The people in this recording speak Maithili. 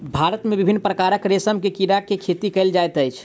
भारत मे विभिन्न प्रकारक रेशम के कीड़ा के खेती कयल जाइत अछि